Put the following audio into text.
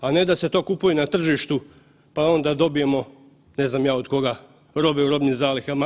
A ne da se to kupuje na tržištu pa onda dobijemo, ne znam ja od koga robe u robnim zalihama.